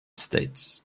states